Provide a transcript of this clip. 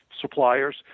suppliers